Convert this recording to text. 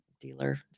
dealer